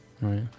Right